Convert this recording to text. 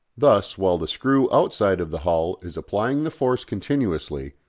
thus, while the screw outside of the hull is applying the force continuously,